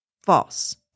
false